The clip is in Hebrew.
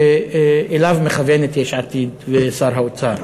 שאליו מכוונים יש עתיד ושר האוצר.